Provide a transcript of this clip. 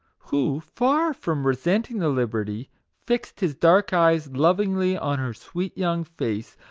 who, far from resenting the liberty, fixed his dark eyes lovingly on her sweet young face,